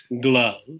glove